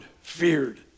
feared